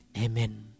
Amen